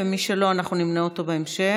ומי שלא אנחנו נמנה אותו בהמשך.